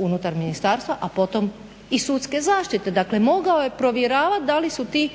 unutar ministarstva a potom i sudske zaštite. Dakle, mogao je provjeravati da li su ti